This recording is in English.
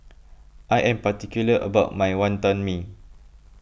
I am particular about my Wantan Mee